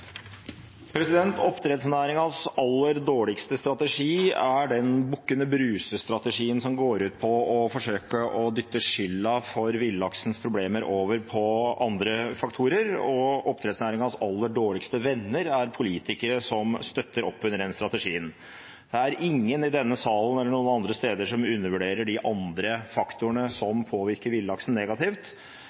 den Bukkene Bruse-strategien som går ut på å forsøke å dytte skylda for villaksens problemer over på andre faktorer, og oppdrettsnæringens aller dårligste venner er politikere som støtter opp under den strategien. Det er ingen i denne salen eller noen andre steder som undervurderer de andre faktorene som påvirker villaksen negativt,